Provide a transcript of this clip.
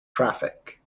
traffic